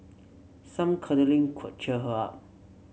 some cuddling could cheer her up